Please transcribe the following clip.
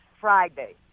Friday